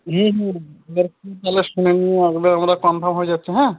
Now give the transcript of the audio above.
হুম হুম ওদেরকে তাহলে শুনে নিয়ে আগে আমরা কনফার্ম হয়ে যাচ্ছি হ্যাঁ